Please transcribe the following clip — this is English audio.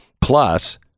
Plus